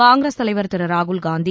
காங்கிரஸ் தலைவர் திரு ராகுல் காந்தி